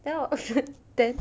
then 我 oh shucks then